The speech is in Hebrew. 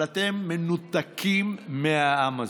אבל אתם מנותקים מהעם הזה.